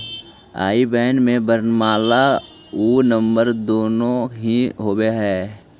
आई बैन में वर्णमाला आउ नंबर दुनो ही होवऽ हइ